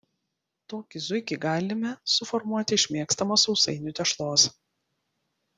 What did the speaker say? tokį zuikį galime suformuoti iš mėgstamos sausainių tešlos